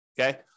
okay